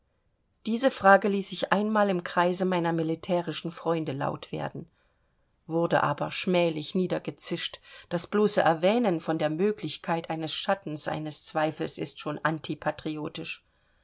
diese frage ließ ich einmal im kreise meiner militärischen freunde laut werden wurde aber schmählich niedergezischt das bloße erwähnen von der möglichkeit eines schattens eines zweifels ist schon